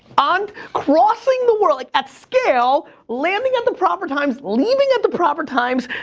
on crossing the world, like at scale, landing at the proper times, leaving at the proper times,